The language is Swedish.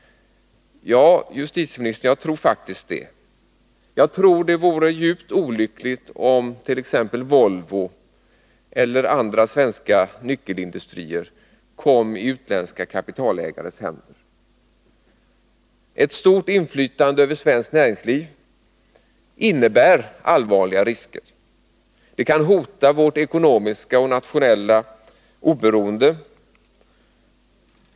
Ja, justitieministern, jagtror faktiskt det. Jag tror att det vore djupt olyckligt om t.ex. Volvo eller andra svenska nyckelindustrier kom i utländska kapitalägares händer. Ett stort utländskt inflytande över svenskt näringsliv innebär allvarliga risker. Det kan hota vårt ekonomiska och nationella oberoende.